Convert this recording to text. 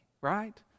right